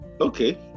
okay